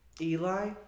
Eli